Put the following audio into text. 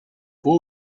fue